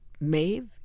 Maeve